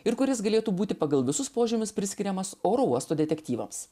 ir kuris galėtų būti pagal visus požymius priskiriamas oro uosto detektyvams